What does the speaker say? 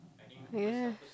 ya